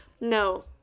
no